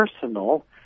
personal